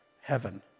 heaven